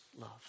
love